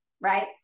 right